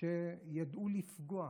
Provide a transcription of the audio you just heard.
שידעו לפגוע,